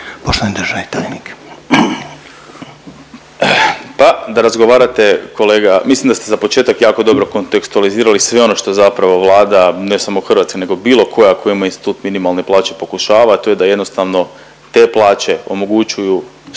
**Vidiš, Ivan** Pa da razgovarate kolega, mislim da ste za početak jako dobro kontekstualizirali sve ono što zapravo Vlada, ne samo hrvatska nego bilo koja koja ima institut minimalne plaće pokušava, a to je da jednostavno te plaće omogućuju što